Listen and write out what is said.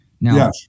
Now